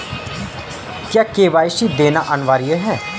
क्या के.वाई.सी देना अनिवार्य है?